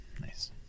Nice